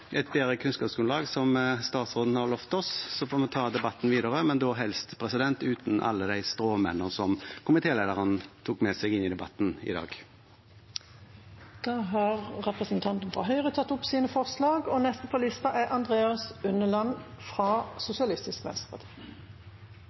et bedre kunnskapsgrunnlag, som statsråden har lovd oss. Så får vi ta debatten videre, men da helst uten alle de stråmennene som komitélederen tok med seg inn i debatten i dag. Representanten Sveinung Stensland har tatt opp